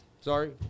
Sorry